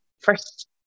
first